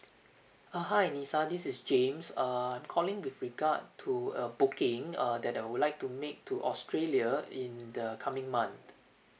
uh hi lisa this is james err calling with regard to a booking err that I would like to make to australia in the coming month